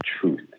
truth